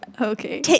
Okay